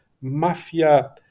mafia